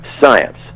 science